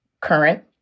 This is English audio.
current